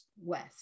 west